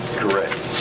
correct.